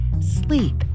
sleep